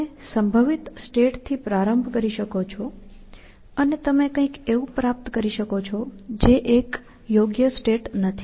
તમે સંભવિત સ્ટેટથી પ્રારંભ કરી શકો છો અને તમે કંઈક એવું પ્રાપ્ત કરી શકો છો જે એક સ્ટેટ નથી